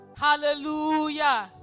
Hallelujah